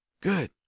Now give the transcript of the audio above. Good